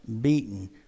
beaten